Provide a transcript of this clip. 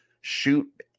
shoot